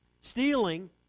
Stealing